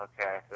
okay